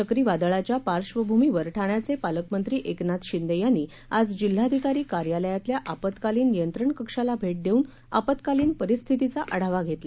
चक्रीवादळाच्या पार्डभूमीवर ठाण्याचे पालकमंत्री एकनाथ शिंदे यांनी आज जिल्हाधिकारी कार्यालयातल्या आपत्कालीन नियंत्रण कक्षाला भेट देऊन आपत्कालीन परिस्थितीचा आढावा घेतला